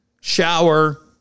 shower